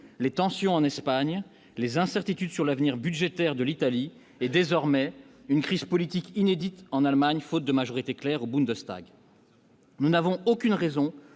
les tensions en Espagne, les incertitudes sur l'avenir budgétaire de l'Italie est désormais une crise politique inédite en Allemagne, faute de majorité claire au Bundestag. Nous n'avons aucune raison